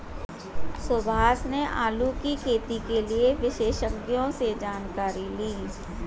सुभाष ने आलू की खेती के लिए विशेषज्ञों से जानकारी ली